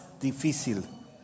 difícil